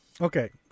okay